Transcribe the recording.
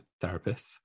therapists